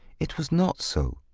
it was not so.